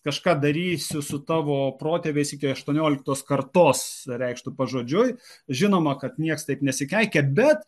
kažką darysiu su tavo protėviais iki aštuonioliktos kartos reikštų pažodžiui žinoma kad nieks taip nesikeikia bet